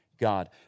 God